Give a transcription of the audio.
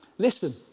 listen